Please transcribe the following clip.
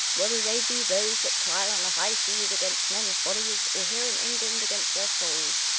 whether they be those that ply on the high seas against men's bodies, or here in england against their souls.